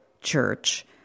church